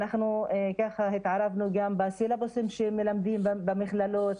התערבנו גם בסילבוסים שמלמדים במכללות,